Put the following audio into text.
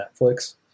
netflix